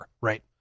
right